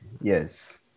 Yes